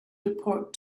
report